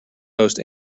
most